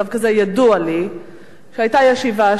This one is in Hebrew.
ידוע לי שהיתה ישיבה השבוע,